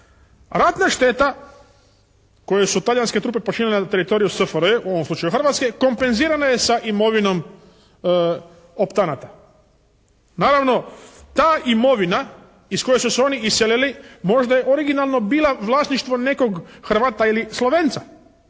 ratna šteta koju su talijanske trupe počinile na teritoriju SFRJ u ovom slučaju Hrvatske, kompenzirana je sa imovinom optanata. Naravno ta imovina iz koje su se oni iselili možda je originalno bila vlasništvo nekog Hrvata ili Slovenca